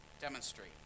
demonstrate